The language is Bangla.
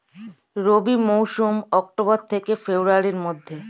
রবি মৌসুম অক্টোবর থেকে ফেব্রুয়ারির মধ্যে